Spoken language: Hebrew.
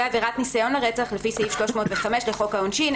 "עבירת ניסיון לרצח" לפי סעיף 305 לחוק העונשין,